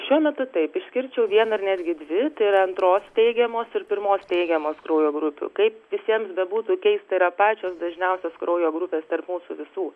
šiuo metu taip išskirčiau vieną ar netgi dvi tai yra antros teigiamos ir pirmos teigiamos kraujo grupių kaip visiems bebūtų keista yra pačios dažniausios kraujo grupės tarp mūsų visų